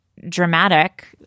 dramatic